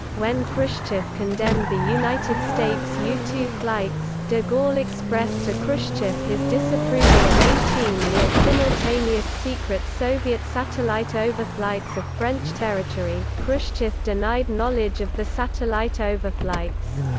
when khrushchev condemned the united states u two flights, de gaulle expressed to khrushchev his disapproval of eighteen near-simultaneous secret soviet satellite overflights of french territory khrushchev denied knowledge of the satellite overflights.